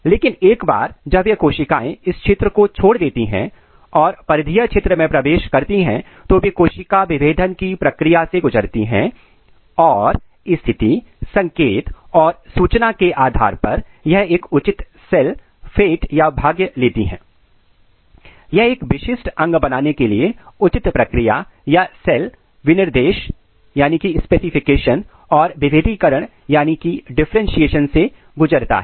लेकिन एक बार जब यह कोशिकाएं इस क्षेत्र को छोड़ देती हैं और परिधीय क्षेत्र में प्रवेश करती हैं तो वे कोशिका विभेदन की प्रक्रिया से गुजरती है और स्थिति संकेत और सूचना के आधार पर यह एक उचित सेल फेट भाग्य लेता है यह एक विशिष्ट अंग बनाने के लिए उचित प्रक्रिया या सेल विनिर्देश स्पेसिफिकेशन और विभेदीकरण डिफरेंटशिएशन से गुजरता है